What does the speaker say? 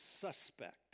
suspect